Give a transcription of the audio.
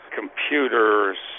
computers